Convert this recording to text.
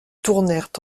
tournèrent